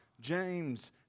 James